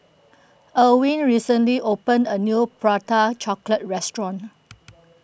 Elwyn recently opened a new Prata Chocolate restaurant